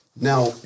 Now